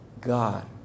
God